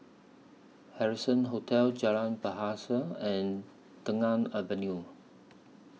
Harrison Hotel Jalan Bahasa and Tengah Avenue